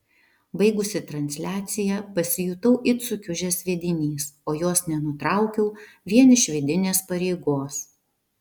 baigusi transliaciją pasijutau it sukiužęs sviedinys o jos nenutraukiau vien iš vidinės pareigos